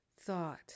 thought